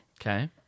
Okay